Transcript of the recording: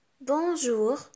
bonjour